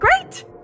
Great